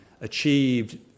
achieved